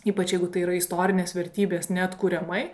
ypač jeigu tai yra istorinės vertybės neatkuriamai